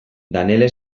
danele